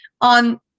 on